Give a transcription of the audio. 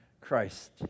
Christ